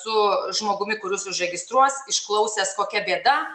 su žmogumi kur jus užregistruos išklausęs kokia bėda